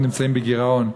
כולם נמצאים בגירעון.